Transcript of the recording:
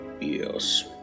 Yes